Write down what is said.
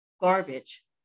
garbage